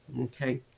Okay